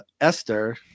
Esther